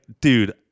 dude